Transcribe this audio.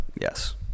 Yes